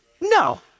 No